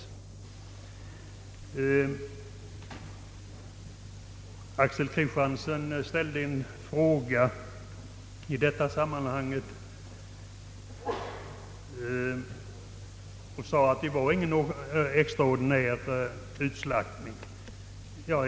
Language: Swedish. Herr Axel Kristiansson sade att det inte var fråga om någon extraordinär utslaktning.